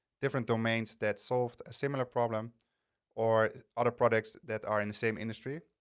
different domains that solved a similar problem or other products that are in the same industry.